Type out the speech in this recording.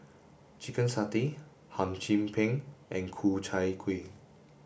chicken satay Hum Chim Peng and Ku Chai Kuih